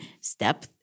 step